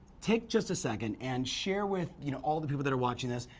take just a second and share with, you know all the people that are watching this,